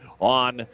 on